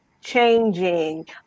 changing